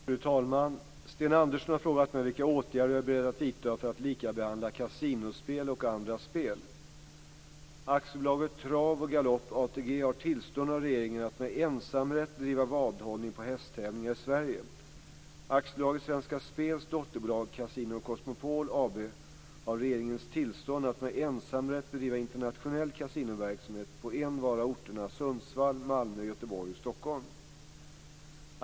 Fru talman! Sten Andersson har frågat mig vilka åtgärder jag är beredd att vidta för att likabehandla kasinospel och andra spel. AB Trav och Galopp, ATG, har tillstånd av regeringen att med ensamrätt bedriva vadhållning på hästtävlingar i Sverige. AB Svenska Spels dotterbolag Casino Cosmopol AB har regeringens tillstånd att med ensamrätt bedriva internationell kasinoverksamhet på envar av orterna Sundsvall, Malmö, Göteborg och Stockholm.